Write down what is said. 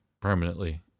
permanently